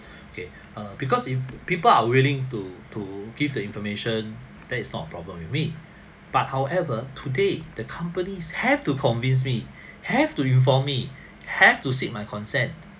okay err because if people are willing to to give the information that is not a problem with me but however today the companies have to convince me have to inform me have to seek my consent